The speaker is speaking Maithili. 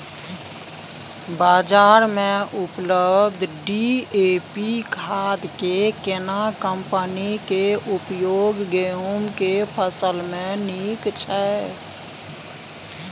बाजार में उपलब्ध डी.ए.पी खाद के केना कम्पनी के उपयोग गेहूं के फसल में नीक छैय?